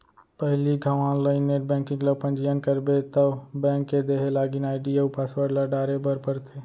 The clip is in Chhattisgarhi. पहिली घौं आनलाइन नेट बैंकिंग ल पंजीयन करबे तौ बेंक के देहे लागिन आईडी अउ पासवर्ड ल डारे बर परथे